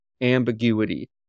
ambiguity